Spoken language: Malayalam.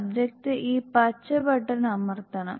സബ്ജക്റ്റ് ഈ പച്ച ബട്ടൺ അമർത്തണം